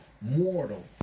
mortal